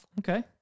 Okay